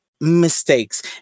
mistakes